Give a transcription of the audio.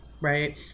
Right